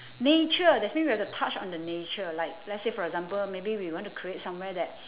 nature that's mean we've to touch on the nature like let's say for example maybe we wanna create somewhere that